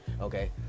Okay